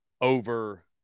over